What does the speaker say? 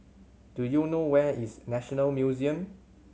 do you know where is National Museum